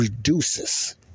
reduces